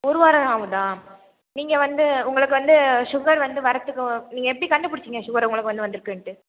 ஒரு வாரம் ஆகுதா நீங்கள் வந்து உங்களுக்கு வந்து சுகர் வந்து வரதுக்கு நீங்கள் எப்படி கண்டுப்பிடிச்சிங்க சுகரை உங்களுக்கு வந்து வந்திருக்குன்ட்டு